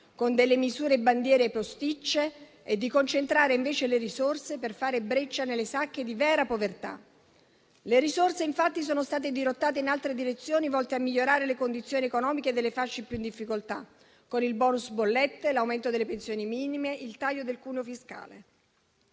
con delle misure bandiera posticce e di concentrare invece le risorse per fare breccia nelle sacche di vera povertà. Le risorse infatti sono state dirottate in altre direzioni, volte a migliorare le condizioni economiche delle fasce più in difficoltà, con il *bonus* bollette, l'aumento delle pensioni minime, il taglio del cuneo fiscale.